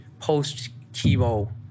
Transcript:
post-chemo